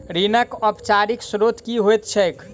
ऋणक औपचारिक स्त्रोत की होइत छैक?